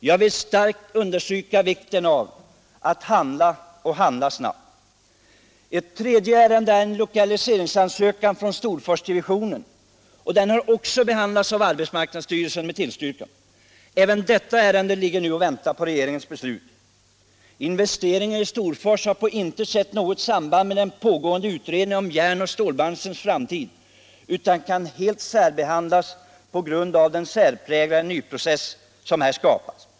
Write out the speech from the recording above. Jag vill starkt understryka vikten av att handla —- och handla snabbt. Ett tredje ärende är en lokaliseringsansökan från Storforsdivisionen. Den har också behandlats av arbetsmarknadsstyrelsen med tillstyrkan. Även detta ärende ligger nu och väntar på regeringens beslut. Investeringen i Storfors har på intet sätt samband med den pågående utredningen om järn och stålbranschens framtid utan kan helt särbehandlas med hänsyn till den nya och särpräglade process som det gäller.